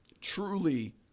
truly